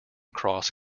cross